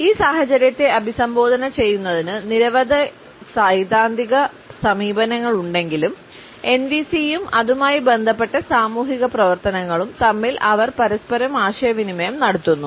ഈ സാഹചര്യത്തെ അഭിസംബോധന ചെയ്യുന്നതിന് നിരവധി സൈദ്ധാന്തിക സമീപനങ്ങളുണ്ടെങ്കിലും എൻവിസിയും അതുമായി ബന്ധപ്പെട്ട സാമൂഹിക പ്രവർത്തനങ്ങളും തമ്മിൽ അവർ പരസ്പരം ആശയവിനിമയം നടത്തുന്നു